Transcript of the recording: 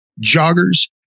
joggers